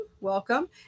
welcome